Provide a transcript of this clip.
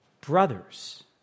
brothers